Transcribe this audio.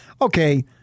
Okay